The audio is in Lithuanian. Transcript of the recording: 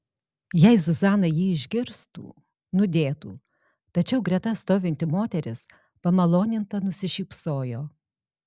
jei zuzana jį išgirstų nudėtų tačiau greta stovinti moteris pamaloninta nusišypsojo